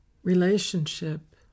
Relationship